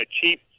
cheap